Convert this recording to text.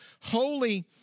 holy